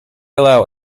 allow